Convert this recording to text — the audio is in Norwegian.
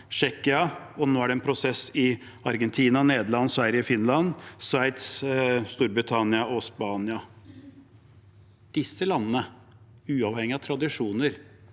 Tsjekkia – og nå er det prosesser i Argentina, Nederland, Sverige, Finland, Sveits, Storbritannia og Spania: Disse landene mener – uavhengig av tradisjoner